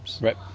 Right